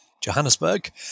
Johannesburg